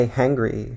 hangry